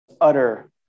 utter